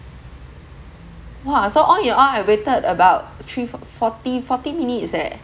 !wah! so all in all I waited about three for~ forty forty minutes eh